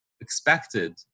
expected